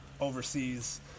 overseas